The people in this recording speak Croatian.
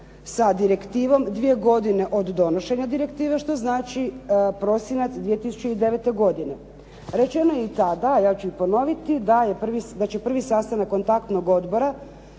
sa direktivom dvije godine od donošenja direktive, što znači prosinac 2009. godine. Rečeno je i tada a ja ću i ponoviti da prvi sastanak kontaktnog odbora